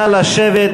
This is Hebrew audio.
נא לשבת,